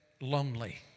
lonely